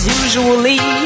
usually